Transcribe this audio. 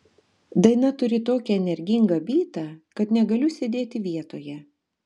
daina turi tokį energingą bytą kad negaliu sėdėti vietoje